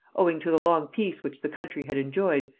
owing to the long peace which the country had enjoyed,